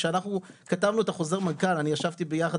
כשאנחנו כתבנו את חוזר המנכ"ל אני ישבתי יחד